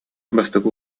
бастакы